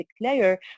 layer